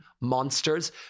monsters